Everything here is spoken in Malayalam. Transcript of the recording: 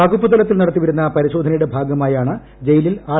വകുപ്പ്തലത്തിൽ നടത്തിവരുന്ന പരിശോധനയുടെ ഭാഗമായാണ് ജയിലിൽ ആർ